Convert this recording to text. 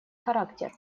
характер